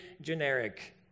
generic